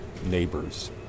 neighbors